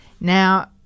Now